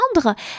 prendre